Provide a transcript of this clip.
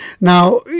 Now